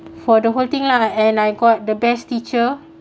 for the whole thing lah and I got the best teacher